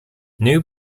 new